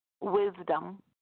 wisdom